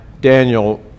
Daniel